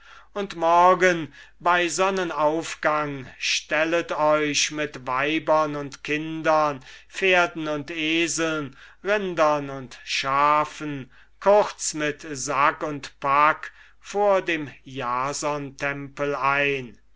und morgen bei sonnenaufgang stellet euch mit weibern und kindern pferden und eseln rindern und schafen kurz mit sack und pack vor dem jasonstempel ein